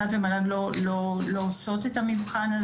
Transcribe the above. ות"ת ומל"ג לא עושות את המבחן הזה.